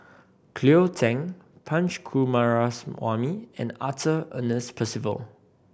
Cleo Thang Punch Coomaraswamy and Arthur Ernest Percival